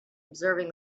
observing